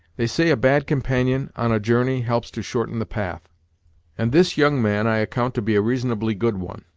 they say a bad companion, on a journey, helps to shorten the path and this young man i account to be a reasonably good one.